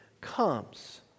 comes